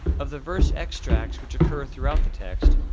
of the verse extracts which occur throughout the text,